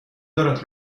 دارد